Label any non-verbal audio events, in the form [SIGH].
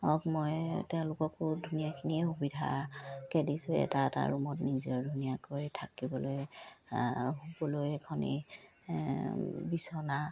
[UNINTELLIGIBLE] মই তেওঁলোককো ধুনীয়াখিনিয়ে সুবিধাকে দিছোঁ এটা এটা ৰুমত নিজৰ ধুনীয়াকৈ থাকিবলৈ শুবলৈ এখনেই বিচনা